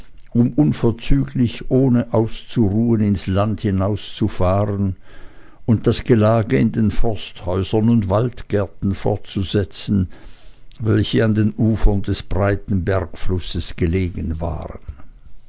um unverzüglich ohne auszuruhen ins land hinauszufahren und das gelage in den forsthäusern und waldgärten fortzusetzen welche an den ufern des breiten bergflusses gelegen waren